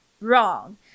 wrong